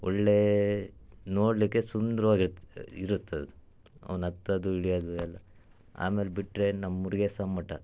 ಒಳ್ಳೆಯ ನೋಡಲಿಕ್ಕೆ ಸುಂದ್ರವಾಗಿ ಇರುತ್ತೆ ಅದು ಅವ್ನು ಹತ್ತೋದು ಇಳಿಯೋದು ಎಲ್ಲ ಆಮೇಲೆ ಬಿಟ್ಟರೆ ನಮ್ಮ ಮುರ್ಗೇಸ್ವಾಮಿ ಮಠ